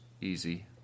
easy